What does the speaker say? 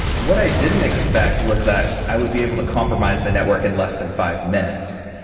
what i didn't expect was that i would be able to compromise the network in less than five minutes.